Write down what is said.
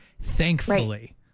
thankfully